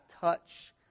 touch